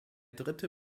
dritte